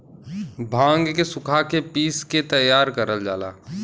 भांग के सुखा के पिस के तैयार करल जाला